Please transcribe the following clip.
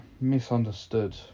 Misunderstood